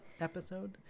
episode